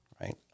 right